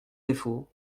défaut